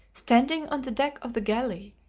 standing on the deck of the galley,